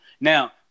Now